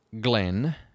Glenn